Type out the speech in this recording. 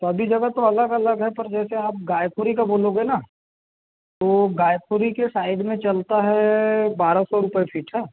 सभी जगह तो अलग अलग है पर जैसे आप गाएपुरी का बोलोगे न तो गाएपुरी के साइड में चलता है बारह सौ रुपये फिट हाँ